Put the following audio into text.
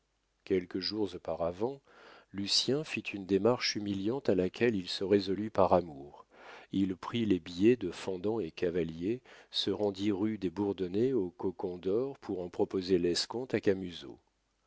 quelques jours auparavant lucien fit une démarche humiliante à laquelle il se résolut par amour il prit les billets de fendant et cavalier se rendit rue des bourdonnais au cocon d'or pour en proposer l'escompte à